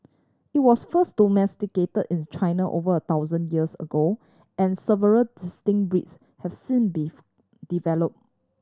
it was first domesticate in China over a thousand years ago and several distinct breeds have since been develop